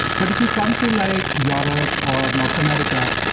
but if you come to like europe or north america,